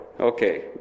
Okay